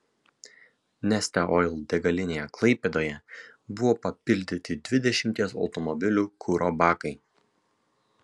neste oil degalinėje klaipėdoje buvo papildyti dvidešimties automobilių kuro bakai